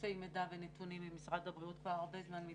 לקבצי מידע ונתונים ממשרד הבריאות כבר הרבה זמן,